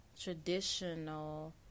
traditional